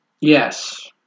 yes